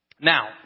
Now